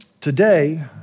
Today